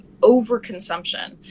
overconsumption